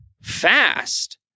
fast